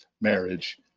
marriage